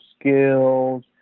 skills